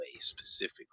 specifically